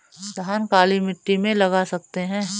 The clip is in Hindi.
धान काली मिट्टी में लगा सकते हैं?